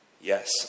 Yes